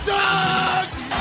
dogs